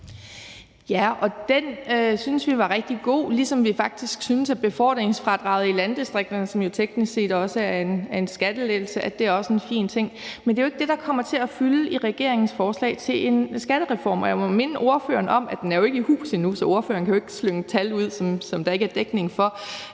Ja, og den synes vi var rigtig god, ligesom vi faktisk synes, at befordringsfradraget i landdistrikterne, som jo teknisk set også er en skattelettelse, også er en fin ting. Men det er ikke det, der kommer til at fylde i regeringens forslag til en skattereform. Og jeg må minde ordføreren om, at den jo ikke er i hus endnu, så ordføreren kan ikke slynge tal ud, som der ikke er dækning for